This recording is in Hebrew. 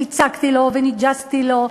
והצקתי לו וניג'סתי לו,